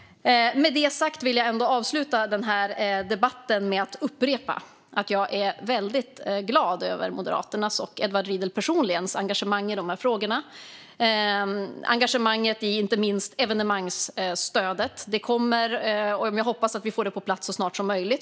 Låt mig avsluta denna debatt med att upprepa att jag är väldigt glad över Moderaternas och Edward Riedls engagemang i dessa frågor, inte minst när det gäller evenemangsstödet. Jag hoppas att vi får det på plats så snart som möjligt.